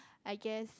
I guess